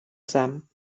them